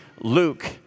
Luke